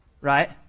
Right